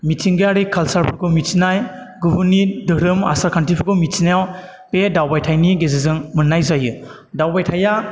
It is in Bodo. मिथिंगायारि खालसारफोरखौ मिथिनाय गुबुननि दोहोरोम आसार खान्थिफोरखौ मिथिनायाव बे दावबायथाइनि गेजेरजों मोननाय जायो दावबायथाइया